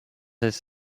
his